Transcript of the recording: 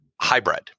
Hybrid